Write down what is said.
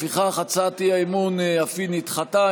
לפיכך, הצעת האי-אמון אף היא נדחתה.